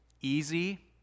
easy